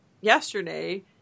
yesterday